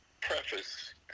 preface